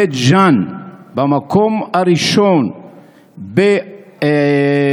בית ג'ן במקום הראשון בתוצאות